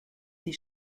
sie